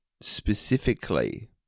specifically